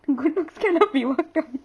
good looks cannot be worked on